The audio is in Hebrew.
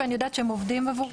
אני יודעת שהם עובדים עבורך.